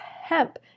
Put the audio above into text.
hemp